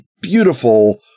beautiful